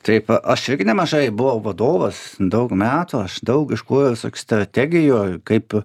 taip aš irgi nemažai buvau vadovas daug metų aš daug ieškojau visokių strategijų kaip